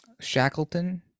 Shackleton